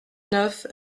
neuf